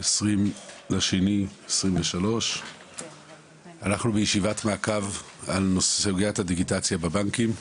20 בפברואר 2023. אנחנו בישיבת מעקב על סוגיית הדיגיטציה בבנקים.